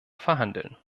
verhandeln